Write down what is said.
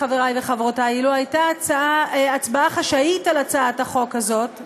חברי וחברותי: אילו הייתה הצבעה חשאית על הצעת החוק הזאת,